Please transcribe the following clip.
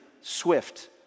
swift